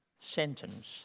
sentence